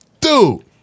Dude